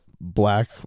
black